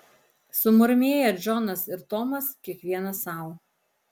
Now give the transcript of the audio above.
sumurmėję džonas ir tomas kiekvienas sau